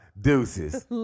Deuces